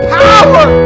power